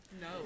No